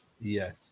yes